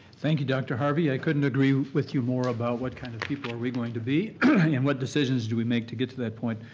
thank you, dr. harvey. i couldn't agree with you more about what kind of people are we going to be and what decisions do we make to get to that point.